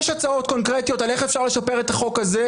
הצעות קונקרטיות איך אפשר לשפר את החוק הזה,